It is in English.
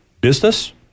Business